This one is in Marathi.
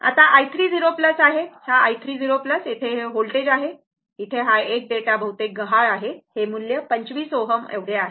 आता i3 आहे i 3 0 येथे व्होल्टेज आहे इथे एक डेटा गहाळ आहे हे मूल्य 25Ω आहे